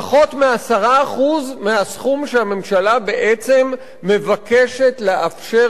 פחות מ-10% מהסכום שהממשלה בעצם מבקשת לאפשר